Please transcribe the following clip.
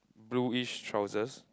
blueish trousers